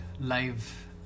live